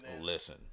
Listen